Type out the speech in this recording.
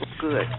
good